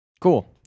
Cool